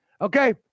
Okay